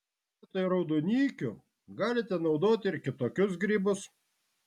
vietoj raudonikių galite naudoti ir kitokius grybus